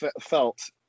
felt